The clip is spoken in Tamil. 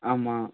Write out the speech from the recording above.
ஆமாம்